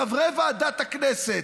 חברי ועדת הכנסת,